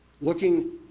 looking